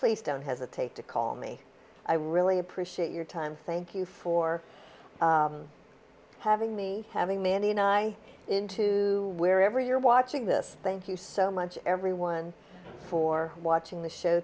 please don't hesitate to call me i really appreciate your time thank you for having me having mandy and i in to wherever you're watching this thank you so much everyone for watching the show